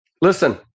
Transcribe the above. listen